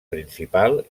principal